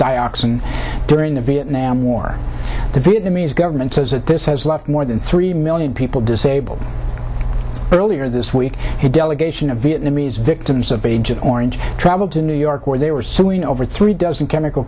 dioxin during the vietnam war the vietnamese government says that this has left more than three million people disabled earlier this week a delegation of vietnamese victims of agent orange traveled to new york where they were suing over three dozen chemical